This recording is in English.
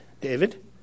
David